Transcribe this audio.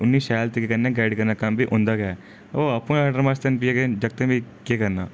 उ'नें गी शैल तरिके कन्नै गाइड करने दा कम्म बी उं'दा गै ऐ ओह् आपूं गै लटरमस्त न जेहके जागतें बी केह् करना